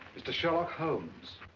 mr. sherlock holmes.